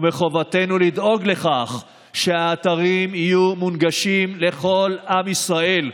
ומחובתנו לדאוג לכך שהאתרים יהיו מונגשים לכל עם ישראל.